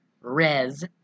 res